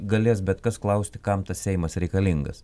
galės bet kas klausti kam tas seimas reikalingas